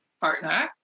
partner